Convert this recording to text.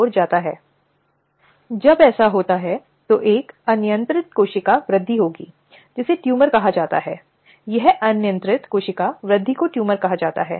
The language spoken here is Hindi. ऐसा क्यों कहा जा रहा है इसने पहले अपना रास्ता बनाया है कि इनमें से कई खंड जिन्हें हम भारतीय दंड संहिता की धारा 354 509 के पहले के रूप में संदर्भित करते हैं पहले भी अस्तित्व में रहे हैं